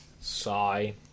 Sigh